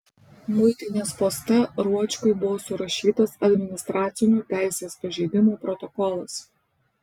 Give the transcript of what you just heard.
muitinės poste ruočkui buvo surašytas administracinių teisės pažeidimų protokolas